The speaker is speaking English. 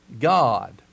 God